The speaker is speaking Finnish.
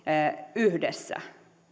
yhdessä